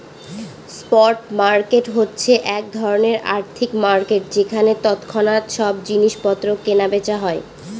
spot market হচ্ছে এক ধরনের আর্থিক মার্কেট যেখানে তৎক্ষণাৎ সব জিনিস পত্র কেনা বেচা হয়